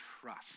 trust